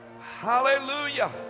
hallelujah